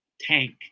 tank